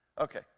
okay